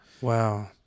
Wow